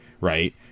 Right